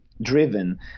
driven